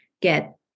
get